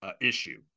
issue